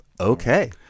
okay